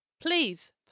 please